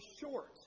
short